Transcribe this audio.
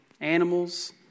Animals